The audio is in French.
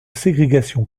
ségrégation